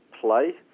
play